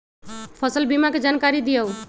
फसल बीमा के जानकारी दिअऊ?